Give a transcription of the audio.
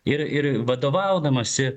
ir ir vadovaudamasi